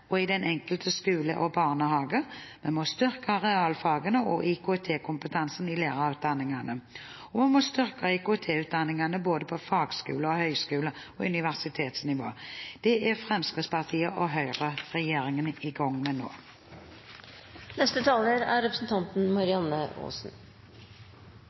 og ved den enkelte skole og barnehage. Vi må styrke realfagene og IKT-kompetansen i lærerutdanningene, og vi må styrke IKT-utdanningene på både fagskole-, høyskole- og universitetsnivå. Det er Høyre–Fremskrittsparti-regjeringen i gang med nå. Jeg vil starte med